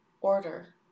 order